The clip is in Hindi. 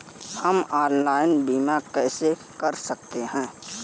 हम ऑनलाइन बीमा कैसे कर सकते हैं?